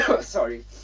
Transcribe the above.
sorry